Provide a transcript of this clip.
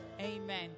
Amen